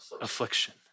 affliction